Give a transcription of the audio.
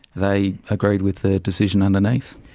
they agreed with the decision underneath.